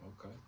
Okay